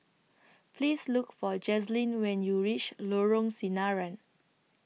Please Look For Jazlynn when YOU REACH Lorong Sinaran